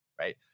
right